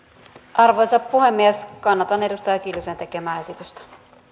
arvoisa puhemies kannatan edustaja kiljusen tekemää esitystä